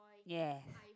ya